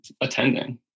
attending